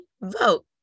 vote